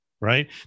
right